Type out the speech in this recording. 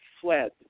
fled